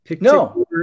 No